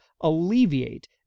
alleviate